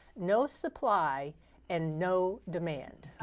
no supply and no demand.